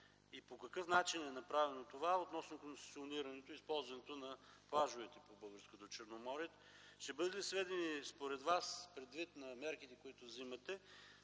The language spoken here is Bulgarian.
и по какъв начин е направено това относно концесионирането и използването на плажовете по българското Черноморие? Според Вас, предвид на мерките, които взимате,